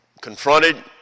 Confronted